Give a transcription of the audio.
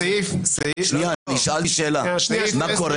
סעיף 10ב(3)